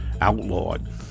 outlawed